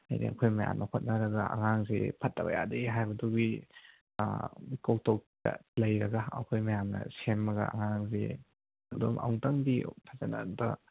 ꯍꯌꯦꯡ ꯑꯩꯈꯣꯏ ꯃꯌꯥꯝꯅ ꯍꯣꯠꯅꯔꯒ ꯑꯉꯥꯡꯁꯤ ꯐꯠꯇꯕ ꯌꯥꯗꯦ ꯍꯥꯏꯕꯗꯨꯒꯤ ꯂꯩꯔꯒ ꯑꯩꯈꯣꯏ ꯃꯌꯥꯝꯅ ꯁꯦꯝꯂꯒ ꯑꯉꯥꯡꯁꯤ ꯑꯗꯨꯝ ꯑꯃꯨꯛꯇꯪꯗꯤ ꯐꯖꯅ ꯑꯃꯨꯛꯇ